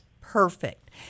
Perfect